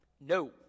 No